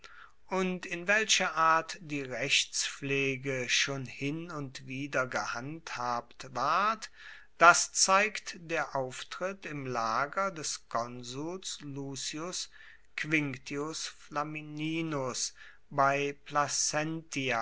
und in welcher art die rechtspflege schon hin und wieder gehandhabt ward das zeigt der auftritt im lager des konsuls lucius quinctius flamininus bei placentia